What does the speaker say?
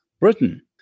Britain